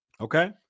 Okay